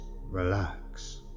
relax